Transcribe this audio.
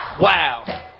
Wow